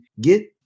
get